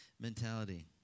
mentality